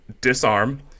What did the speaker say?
disarm